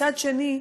מצד שני,